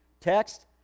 text